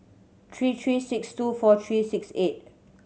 three three six two four three six eight